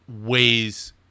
ways